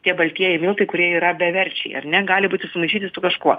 tie baltieji miltai kurie yra beverčiai ar ne gali būti sumaišyti su kažkuo